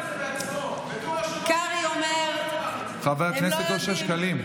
אמר את זה בעצמו, חבר הכנסת אושר שקלים.